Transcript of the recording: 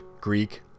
Greek